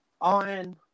On